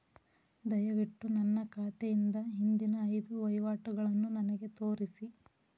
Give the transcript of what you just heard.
ದಯವಿಟ್ಟು ನನ್ನ ಖಾತೆಯಿಂದ ಹಿಂದಿನ ಐದು ವಹಿವಾಟುಗಳನ್ನು ನನಗೆ ತೋರಿಸಿ